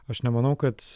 aš nemanau kad